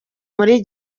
muri